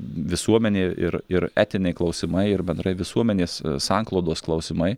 visuomenė ir ir etiniai klausimai ir bendrai visuomenės sanklodos klausimai